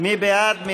מי בעד?